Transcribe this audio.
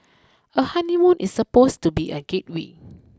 a honeymoon is supposed to be a gateway